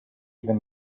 even